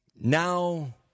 now